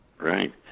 Right